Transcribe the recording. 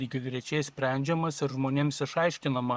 lygiagrečiai sprendžiamas ir žmonėms išaiškinama